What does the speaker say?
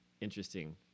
interesting